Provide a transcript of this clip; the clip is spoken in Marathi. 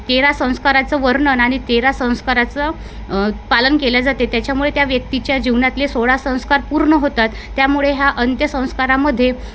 तेरा संस्काराचे वर्णन आणि तेरा संस्काराचं पालन केल्या जाते त्याच्यामुळे त्या व्यक्तीच्या जीवनातले सोळा संस्कार पूर्ण होतात त्यामुळे ह्या अंत्यसंस्कारामध्ये